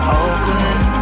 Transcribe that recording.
Oakland